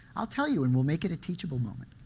i'll tell you and we'll make it a teachable moment.